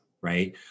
Right